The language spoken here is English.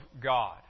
God